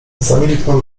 zamilknął